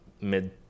mid